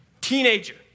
Teenager